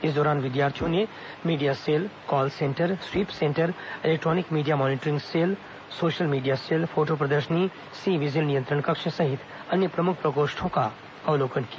इस दौरान विद्यार्थियों ने media cell call centre sweep centre electronic media monitoring cell social media cell photo प्रदर्शनी सी विजिल नियंत्रण कक्ष सहित अन्य प्रमुख प्रकोष्ठों का अवलोकन किया